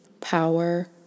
power